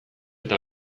eta